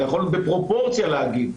אתה יכול בפרופורציה להגיד,